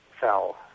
fell